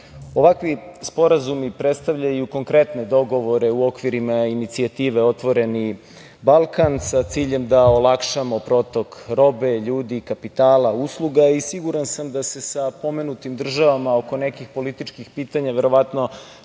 sporazumi predstavljaju konkretne dogovore u okvirima inicijative „Otvoreni Balkan“, sa ciljem da olakšamo protok robe, ljudi, kapitala i usluga. Siguran sam da se sa pomenutim državama oko nekih političkih pitanja verovatno